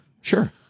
Sure